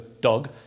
dog